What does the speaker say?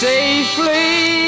Safely